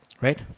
right